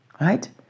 right